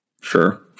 Sure